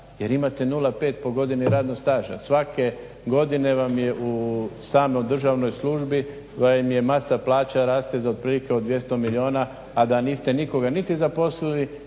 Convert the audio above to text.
jer imate 0,5 po godini radnog staža. Svake godine vam je samo u državnoj službi koja im masa plaća raste za otprilike 200 milijuna a da niste nikoga niti zaposlili